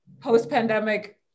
post-pandemic